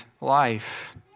life